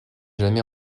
jamais